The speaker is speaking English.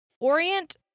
orient